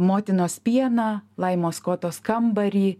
motinos pieną laimos skotos kambarį